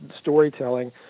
storytelling